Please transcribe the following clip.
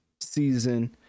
season